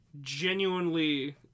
genuinely